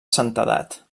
santedat